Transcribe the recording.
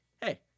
Hey